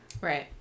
right